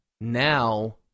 Now